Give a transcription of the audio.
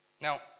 Now